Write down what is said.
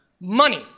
Money